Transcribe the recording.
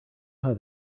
how